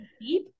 deep